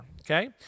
Okay